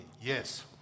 Yes